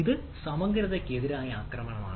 അത് സമഗ്രതയ്ക്കെതിരായ ആക്രമണമാണ്